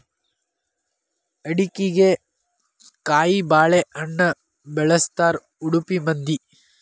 ಅಡಿಗಿಗೆ ಕಾಯಿಬಾಳೇಹಣ್ಣ ಬಳ್ಸತಾರಾ ಉಡುಪಿ ಮಂದಿ